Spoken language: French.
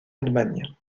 allemagne